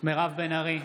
מירב בן ארי,